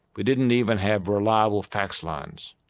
we didn't even have reliable fax lines.